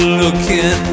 looking